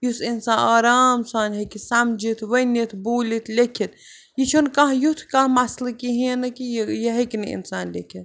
یُس اِنسان آرام سان ہیٚکہِ سَمجھتھ ؤنِتھ بوٗلِتھ لیٚکھِتھ یہِ چھُنہٕ کانٛہہ یُتھ کانٛہہ مَسلہٕ کِہیٖنۍ نہٕ کہِ یہِ یہِ ہیٚکہِ نہٕ اِنسان لیٚکھِتھ